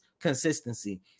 consistency